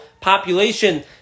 population